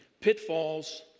Pitfalls